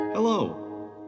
Hello